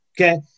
okay